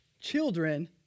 children